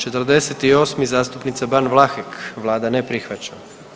48. zastupnica Ban Vlahek, vlada ne prihvaća.